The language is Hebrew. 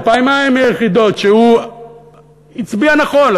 בפעמיים היחידות שהוא הצביע נכון,